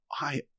I